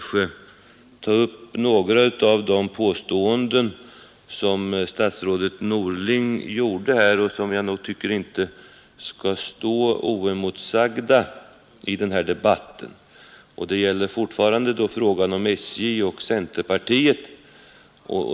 också ta upp några av de påståenden som statsrådet Norling gjorde här och som jag tycker inte skall stå oemotsagda i den här debatten. Det gäller fortfarande frågan om SJ och centerpartiet.